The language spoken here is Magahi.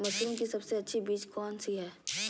मशरूम की सबसे अच्छी बीज कौन सी है?